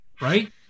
Right